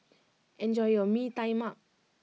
enjoy your Mee Tai Mak